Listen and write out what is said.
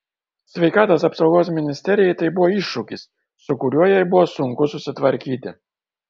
sveikatos apsaugos ministerijai tai buvo iššūkis su kuriuo jai buvo sunku susitvarkyti